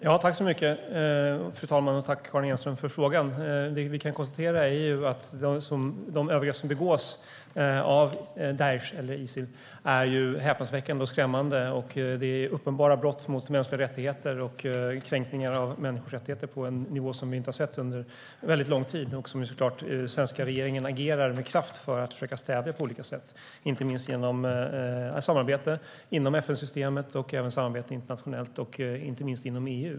Fru talman! Tack, Karin Enström, för frågan! Det vi kan konstatera är ju att de övergrepp som begås av Daish, eller Isil, är häpnadsväckande och skrämmande. Det är uppenbara brott mot de mänskliga rättigheterna och kränkningar av människors rättigheter på en nivå som vi inte har sett på väldigt lång tid och som den svenska regeringen såklart agerar med kraft för att försöka stävja på olika sätt, inte minst genom samarbete inom FNsystemet, internationellt och inom EU.